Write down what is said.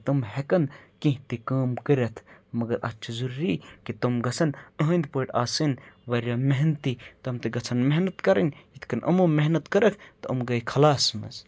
تِم ہٮ۪کَن کینٛہہ تہِ کٲم کٔرِتھ مگر اَتھ چھِ ضٔروٗری کہِ تِم گَژھَن أہٕنٛدۍ پٲٹھۍ آسٕنۍ واریاہ محنتی تِم تہِ گژھن محنت کَرٕنۍ یِتھ کٔنۍ یِمو محنت کٔرٕکھ تہٕ یِم گٔے خلاس منٛز